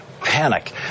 panic